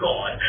God